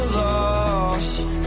lost